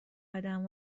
قدم